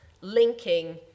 linking